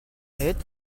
êtes